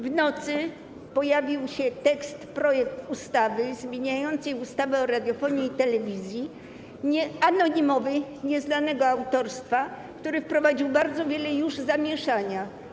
W nocy pojawił się tekst projektu ustawy zmieniającej ustawę o radiofonii i telewizji - anonimowy, nieznanego autorstwa, który wprowadził bardzo wiele zamieszania.